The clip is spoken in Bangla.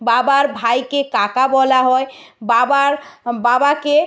বাবার ভাইকে কাকা বলা হয় বাবার বাবাকে